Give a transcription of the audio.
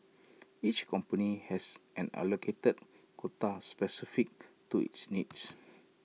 each company has an allocated quota specific to its needs